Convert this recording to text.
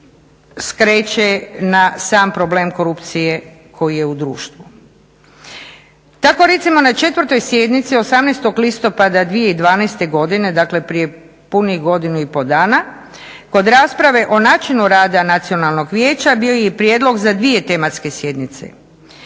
skreće na sam problem korupcije koji je u društvu. Tako recimo na 4. sjednici 18. listopada 2012. godine, dakle prije punih godinu i pol dana, kod rasprave o načinu rada nacionalnog vijeća bio je i prijedlog za 2 tematske sjednice.